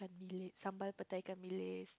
~billis sambal-petai ikan-bilis